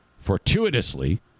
Fortuitously